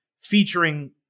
featuring